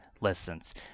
lessons